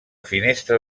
finestra